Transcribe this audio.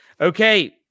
Okay